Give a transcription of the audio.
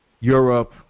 Europe